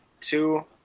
two